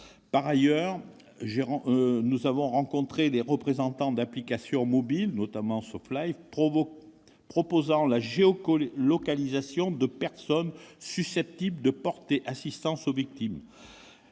par ailleurs rencontré les représentants d'applications mobiles, notamment ceux de SAUV Life, proposant la géolocalisation de personnes susceptibles de porter assistance aux victimes.